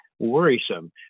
worrisome